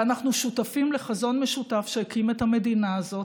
ואנחנו שותפים לחזון משותף שהקים את המדינה הזאת,